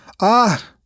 Ah